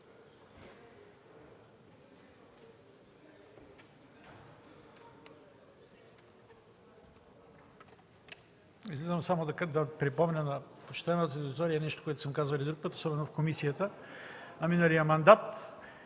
Излизам само за да припомня на почитаемата аудитория нещо, което съм казвал и друг път, и особено в комисията миналия мандат,